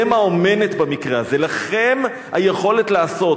אתם האומנת במקרה הזה, לכם היכולת לעשות.